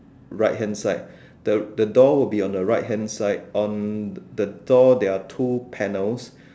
right hand side the the door will be on the right hand side on the door there are two panels